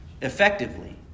Effectively